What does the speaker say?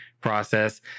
process